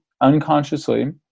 unconsciously